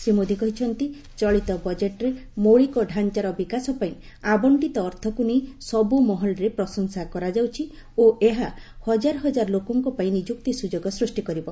ଶ୍ରୀ ମୋଦୀ କହିଛନ୍ତି ଚଳିତ ବଜେଟରେ ମୌଳିକ ଢ଼ାଞ୍ଚାର ବିକାଶ ପାଇଁ ଆବଶ୍ଚିତ ଅର୍ଥକୁ ନେଇ ସବୁ ମହଲରେ ପ୍ରଶଂସା କରାଯାଉଛି ଓ ଏହା ହଜାର ହଜାର ଲୋକଙ୍କ ପାଇଁ ନିଯୁକ୍ତି ସୁଯୋଗ ସୃଷ୍ଟି କରିବ